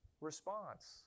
response